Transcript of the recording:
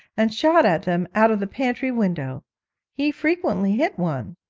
and shoot at them out of the pantry window he frequently hit one